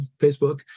facebook